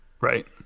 right